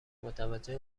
متوجه